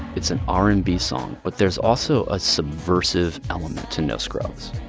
it's an r and b song. but there's also a subversive element to no scrubs,